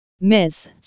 miss